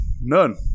none